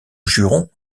jurons